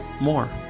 more